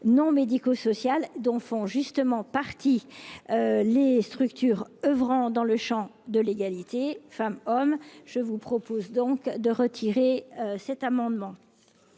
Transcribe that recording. non médicaux sociales dont font justement partie les structures oeuvrant dans le Champ de l'égalité femmes-hommes, je vous propose donc de retirer cet amendement.